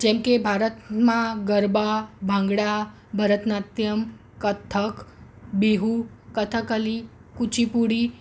જેમ કે ભારતમાં ગરબા ભાંગડા ભરતનાટ્યમ્ કથ્થક બીહુ કથકલી કુચીપુડી